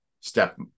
step